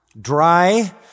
dry